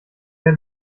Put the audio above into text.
der